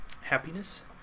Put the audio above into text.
happiness